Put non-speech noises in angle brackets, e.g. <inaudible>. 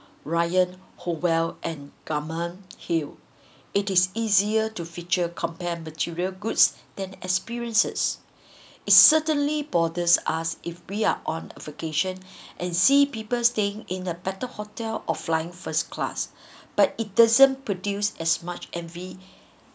ryan holwell and garment hill it is easier to feature compare material goods than experiences <breath> it certainly bothers us if we are on vacation <breath> and see people staying in a better hotel or flying first class <breath> but it doesn't produce as much envy